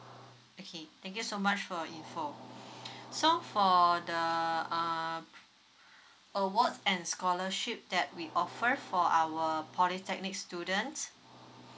okay thank you so much for your info so for the err awards and scholarship that we offer for our polytechnic students